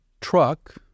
truck